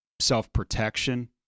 self-protection